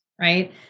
right